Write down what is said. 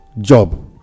job